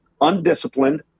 undisciplined